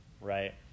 Right